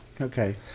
Okay